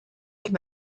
can